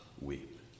weep